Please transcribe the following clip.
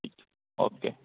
ٹھیک اوکے